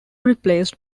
replaced